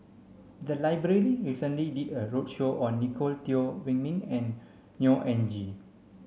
the library recently did a roadshow on Nicolette Teo Wei Min and Neo Anngee